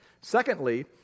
Secondly